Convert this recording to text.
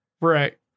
Right